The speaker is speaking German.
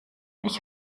ich